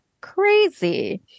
crazy